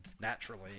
naturally